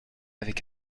avec